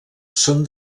són